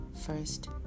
first